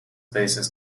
bases